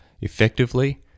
effectively